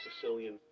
Sicilian